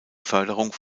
förderung